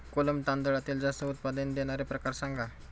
कोलम तांदळातील जास्त उत्पादन देणारे प्रकार सांगा